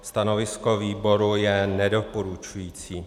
Stanovisko výboru je nedoporučující.